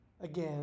again